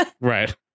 right